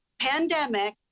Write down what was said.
pandemic